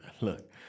look